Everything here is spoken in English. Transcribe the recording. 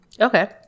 Okay